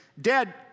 Dad